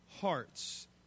hearts